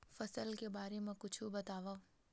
फसल के बारे मा कुछु बतावव